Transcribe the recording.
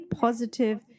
positive